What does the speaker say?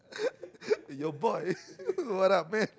!ayo! boy what up man